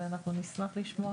נשמח לשמוע